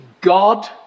God